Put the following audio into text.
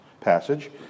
passage